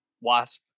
Wasp